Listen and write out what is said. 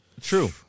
True